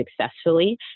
successfully